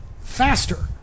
faster